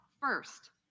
first